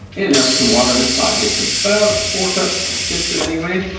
you know for some water. this pot gets ah four cups, fits it anyway.